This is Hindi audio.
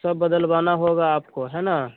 सब बदलवाना होगा आपको है ना